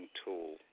tool